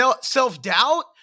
self-doubt